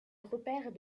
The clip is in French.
repère